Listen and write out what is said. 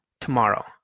Tomorrow